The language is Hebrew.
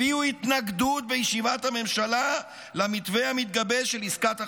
הביעו התנגדות בישיבת הממשלה למתווה המתגבש של עסקת החטופים,